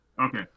Okay